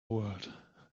world